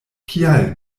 kial